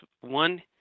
One